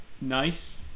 nice